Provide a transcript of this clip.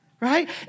right